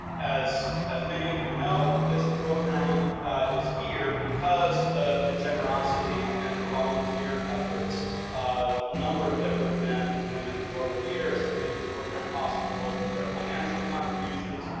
as as many of you know, this program is here because of the generosity and the volunteer efforts of a number of different men and women who over the years have made this program possible, both through their financial contributions,